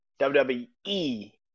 WWE